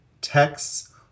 texts